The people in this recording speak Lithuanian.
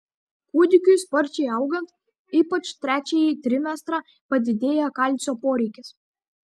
kūdikiui sparčiai augant ypač trečiąjį trimestrą padidėja kalcio poreikis